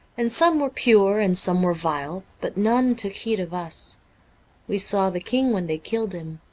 and some were pure and some were vile, but none took heed of us we saw the king when they killed him,